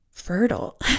fertile